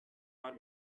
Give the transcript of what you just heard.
our